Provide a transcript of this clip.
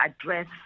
address